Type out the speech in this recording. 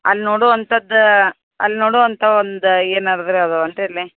ಅಲ್ಲಿ ನೋಡೊವಂಥದ್ ಅಲ್ಲಿ ನೋಡೊವಂಥಾ ಒಂದು ಏನಾದರು ಅದು